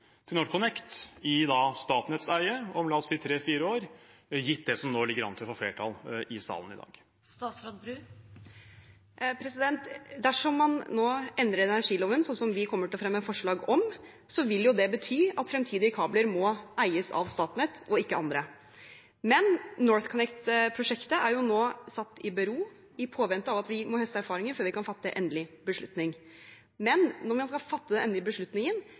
til NorthConnect i Statnetts eie om la oss si tre–fire år, gitt det som nå ligger an til å få flertall i salen i dag? Dersom man nå endrer energiloven, som vi kommer til å fremme forslag om, vil det bety at fremtidige kabler må eies av Statnett og ikke av andre. Men NorthConnect-prosjektet er nå satt i bero i påvente av at vi må høste erfaringer før vi kan fatte en endelig beslutning. Når man skal fatte den endelige beslutningen,